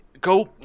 go